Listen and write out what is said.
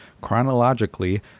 chronologically